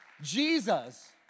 Jesus